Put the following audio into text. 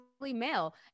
male